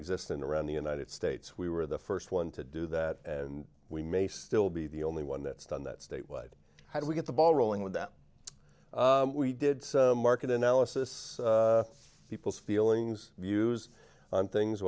existent around the united states we were the first one to do that and we may still be the only one that's done that statewide how do we get the ball rolling with that we did market analysis people's feelings views on things